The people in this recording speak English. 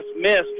missed